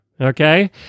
Okay